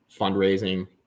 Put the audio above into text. fundraising